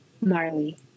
Marley